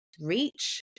reach